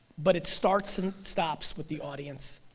but it starts and stops with the audience,